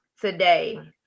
today